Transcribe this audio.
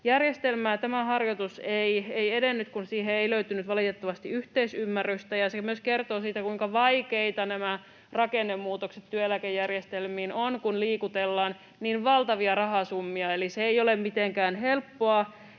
järjestelmää. Tämä harjoitus ei edennyt, kun siihen ei löytynyt valitettavasti yhteisymmärrystä, ja se myös kertoo siitä, kuinka vaikeita nämä rakennemuutokset työeläkejärjestelmiin ovat, kun liikutellaan niin valtavia rahasummia, eli se ei ole mitenkään helppoa.